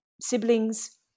siblings